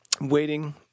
waiting